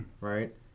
right